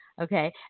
okay